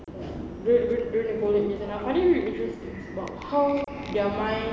du~ du~ during the golden age and I find it really interesting sebab how their mind